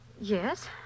Yes